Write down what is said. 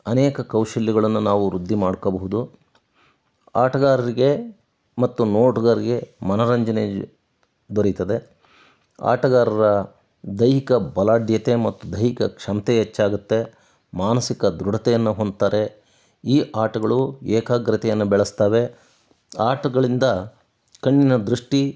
ಅನೇಕ ಕೌಶಲ್ಯಗಳನ್ನ ನಾವು ವೃದ್ಧಿ ಮಾಡ್ಕೊಬಹುದು ಆಟಗಾರರಿಗೆ ಮತ್ತು ನೋಡುಗರಿಗೆ ಮನೋರಂಜನೆ ದೊರೀತದೆ ಆಟಗಾರರ ದೈಹಿಕ ಬಲಾಢ್ಯತೆ ಮತ್ತು ದೈಹಿಕ ಕ್ಷಮತೆ ಹೆಚ್ಚಾಗತ್ತೆ ಮಾನಸಿಕ ದೃಢತೆಯನ್ನು ಹೊಂದುತ್ತಾರೆ ಈ ಆಟಗಳು ಏಕಾಗ್ರತೆಯನ್ನು ಬೆಳೆಸುತ್ತವೆ ಆಟಗಳಿಂದ ಕಣ್ಣಿನ ದೃಷ್ಠಿ